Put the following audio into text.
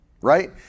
right